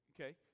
Okay